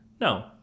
no